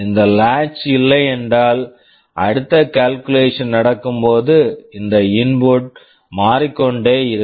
இந்த latch latch இல்லையென்றால் அடுத்த கால்குலேஷன் calculation நடக்கும் போது இந்த இன்புட் input மாறிக்கொண்டே இருக்கும்